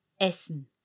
Essen